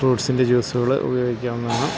ഫ്രൂട്ട്സിൻ്റെ ജ്യൂസ്സ്കൾ ഉപയോഗിക്കാവുന്നതാണ്